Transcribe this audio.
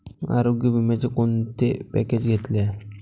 आरोग्य विम्याचे कोणते पॅकेज घेतले आहे?